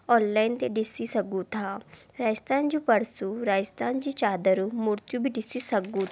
online ते ॾिसी सघूं था राजस्थान जूं पर्सूं राजस्थान जूं चादरूं मूर्तियूं बि ॾिसी सघूं था